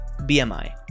BMI